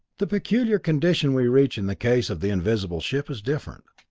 the peculiar condition we reach in the case of the invisible ship is different.